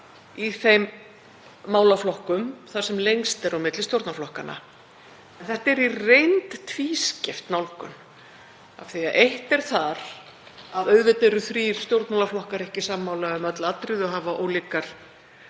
samnefnara í þeim málaflokkum þar sem lengst er á milli stjórnarflokkanna. En þetta er í reynd tvískipt nálgun af því að eitt er að auðvitað eru þrír stjórnmálaflokkar ekki sammála um öll atriði, og hafa ólíkar